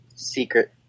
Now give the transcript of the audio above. secret